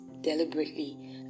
deliberately